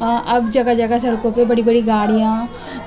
اب جگہ جگہ سڑکوں پہ بڑی بڑی گاڑیاں